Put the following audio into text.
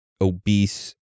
obese